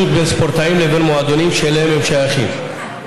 בין ספורטאים לבין מועדונים שאליהם הם שייכים.